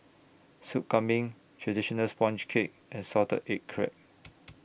Soup Kambing Traditional Sponge Cake and Salted Egg Crab